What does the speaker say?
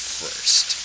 first